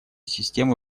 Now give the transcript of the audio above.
системы